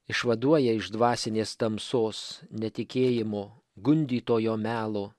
išvaduoja iš dvasinės tamsos netikėjimo gundytojo melo